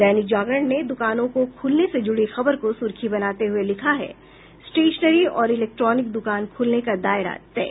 दैनिक जागरण ने दुकानों को खुलने से जुड़ी खबर को सुर्खी बनाते हुए लिखा है स्टेशनरी और इलेक्ट्रानिक दुकान खुलने का दायरा तय